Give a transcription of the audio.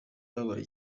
babaye